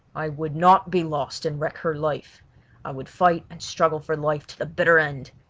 i would not be lost and wreck her life i would fight and struggle for life to the bitter end.